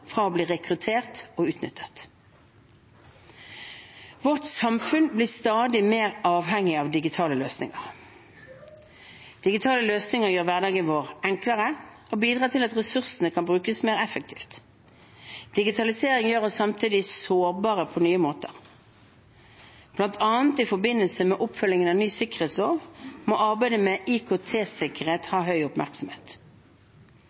fra å bli rekruttert og utnyttet. Vårt samfunn blir stadig mer avhengig av digitale løsninger. Digitale løsninger gjør hverdagen vår enklere og bidrar til at ressursene kan brukes mer effektivt. Digitaliseringen gjør oss samtidig sårbare på nye måter. Blant annet i forbindelse med oppfølgingen av ny sikkerhetslov må arbeidet med